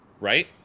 Right